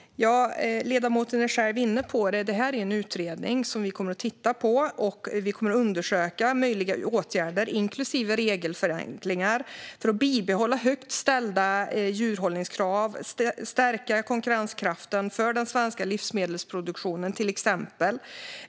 Fru talman! Ledamoten är själv inne på det. Det här är en utredning som vi kommer att titta på, och vi kommer att undersöka möjliga åtgärder inklusive regelförenklingar för att bibehålla högt ställda djurhållningskrav och stärka konkurrenskraften för till exempel den svenska livsmedelsproduktionen.